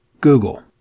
Google